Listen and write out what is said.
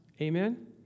Amen